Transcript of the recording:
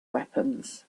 weapons